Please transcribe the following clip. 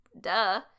duh